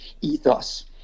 ethos